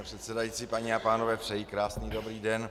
Pane předsedající, paní a pánové, přeji krásný dobrý den.